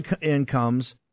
incomes